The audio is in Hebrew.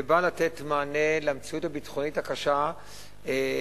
ובאה לתת מענה למציאות הביטחונית הקשה שעברה,